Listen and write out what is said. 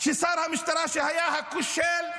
ושר המשטרה היה כושל,